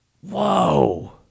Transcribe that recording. Whoa